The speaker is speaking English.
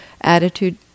attitude